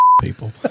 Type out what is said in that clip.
people